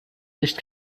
nicht